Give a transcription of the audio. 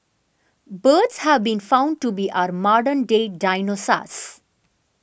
birds have been found to be our modern day dinosaurs